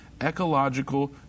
ecological